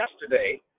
yesterday